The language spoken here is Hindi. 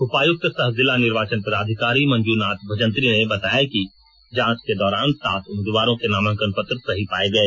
उपायुक्त सह जिला निर्वाचन पदाधिकारी मंजूनाथ भजंत्री ने बताया कि जांच के दौरान सात उम्मीदवारों के नामांकन पत्र सही पाए गए